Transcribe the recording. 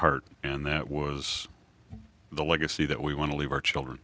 heart and that was the legacy that we want to leave our children